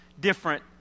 different